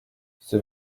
c’est